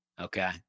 Okay